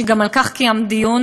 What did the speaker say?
וגם על כך קיימת דיון,